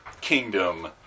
kingdom